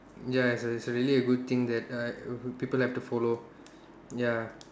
ya it's a it's a really a good thing that uh people have to follow ya